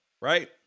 right